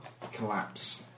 collapse